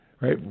right